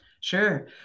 Sure